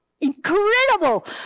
incredible